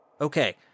Okay